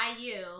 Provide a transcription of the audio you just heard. IU